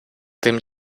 тим